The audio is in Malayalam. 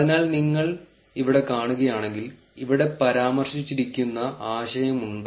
അതിനാൽ നിങ്ങൾ ഇവിടെ കാണുകയാണെങ്കിൽ ഇവിടെ പരാമർശിച്ചിരിക്കുന്ന ആശയങ്ങളുണ്ട്